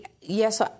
yes